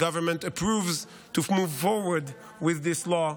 government approves to move forward with this law,